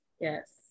yes